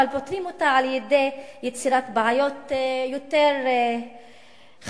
אבל פותרים אותה על-ידי יצירת בעיות יותר חמורות.